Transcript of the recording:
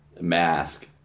mask